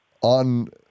on